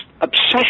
obsession